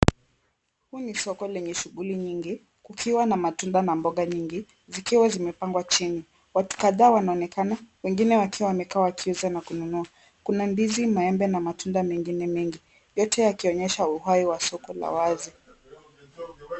Huku ni soko lenye shughuli nyingi. Kukiwa na matunda na mboga nyingi zikiwa zimepangwa chini. Watu kadhaa wanaonekana wengine wakiwa wakiuza na kununua. Kuna ndizi, maembe na matunda mengine mengi. Yote yakionyesha uhai wa soko la wazi.